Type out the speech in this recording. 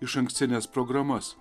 išankstines programas